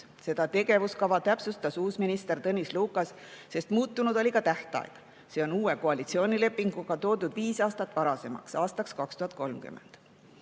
Seda tegevuskava täpsustas uus minister Tõnis Lukas, sest muutunud oli ka tähtaeg: see on uue koalitsioonilepinguga toodud viis aastat varasemaks, aastaks 2030.